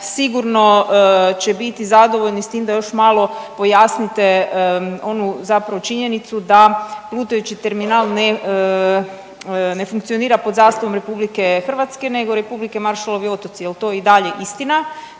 sigurno će biti zadovoljni s tim da još malo pojasnite onu zapravo činjenicu da plutajući terminal ne funkcionira pod zastavom RH nego Republike Maršalovi otoci, jel to i dalje istina,